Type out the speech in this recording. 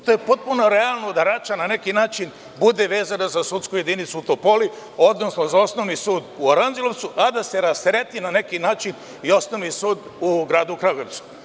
To je potpuno realno da Rača na neki način bude vezana za sudsku jedinicu u Topoli, odnosno za Osnovni sud u Aranđelovcu, a da se rastereti, na neki način, i osnovni sud u Gradu Kragujevcu.